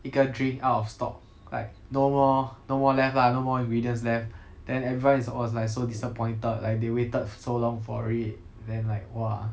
一个 drink out of stock like no more no more left lah no more ingredients left then everyone is was like so disappointed like they waited so long for it then like !wah!